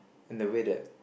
and the way that